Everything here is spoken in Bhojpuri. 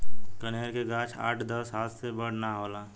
कनेर के गाछ आठ दस हाथ से बड़ ना होला